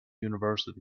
university